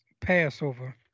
Passover